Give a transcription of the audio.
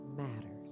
matters